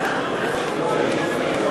חברי הכנסת, נא